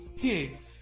Pigs